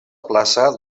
plaça